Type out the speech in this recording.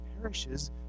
perishes